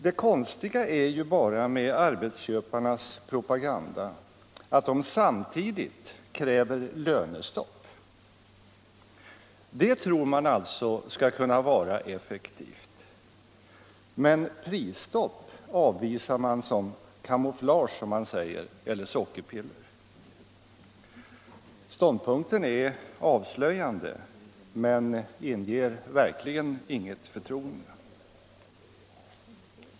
Det konstiga med arbetsköparna är bara att de i sin propaganda samtidigt kräver lönestopp. Det tror man alltså skall kunna vara effektivt. Men prisstopp avvisar man som camouflage eller sockerpiller. Ståndpunkten är avslöjande och inger verkligen inget förtroende.